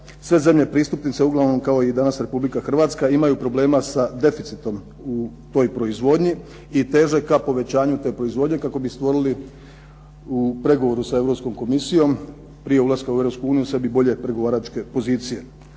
sve zemlje pristupnice, uglavnom kao i danas Republika Hrvatska imaju problema sa deficitom u toj proizvodnji i teže ka povećanju te proizvodnje kako bi stvorili u pregovoru sa Europskom Komisijom, prije ulaska u Europsku uniju sebi bolje pregovaračke pozicije.